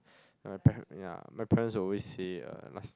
my pa~ ya my parents will always say uh last